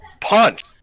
punch